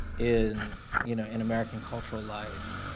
in you know in american cultural life